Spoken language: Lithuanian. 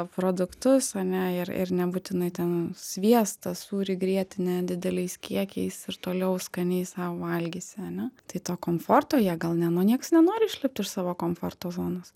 produktus ane ir ir nebūtinai ten sviestą sūrį grietinę dideliais kiekiais ir toliau skaniai sau valgysi ane tai to komforto jie gal ne nu nieks nenori išlipt iš savo komforto zonos